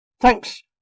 Thanks